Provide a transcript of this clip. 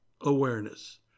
awareness